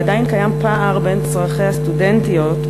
ועדיין קיים פער בין צורכי הסטודנטיות,